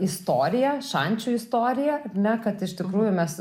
istoriją šančių istoriją ar ne kad iš tikrųjų mes